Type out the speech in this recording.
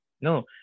No